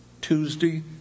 Tuesday